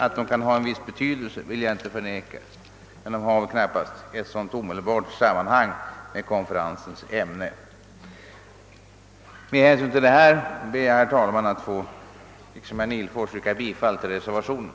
Att de kan ha en viss betydelse i detta sammanhang skall jag inte förneka, men de hade knappast något omedelbart samband med ämnet för regeringens konferens. Med det anförda ber jag liksom herr Nihlfors att få yrka bifall till reservationen.